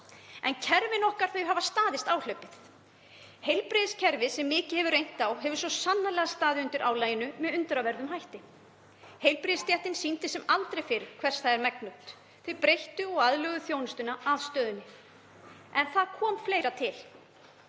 en kerfin okkar hafa staðist áhlaupið. Heilbrigðiskerfið, sem mikið hefur reynt á, hefur svo sannarlega staðið undir álaginu með undraverðum hætti. Heilbrigðisstéttin sýndi sem aldrei fyrr hvers hún er megnug, þau breyttu og aðlöguðu þjónustuna að stöðunni. En það kom fleira til.